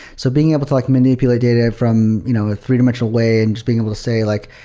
so being able to like manipulate data from you know a three-dimensional way and just being able to say like,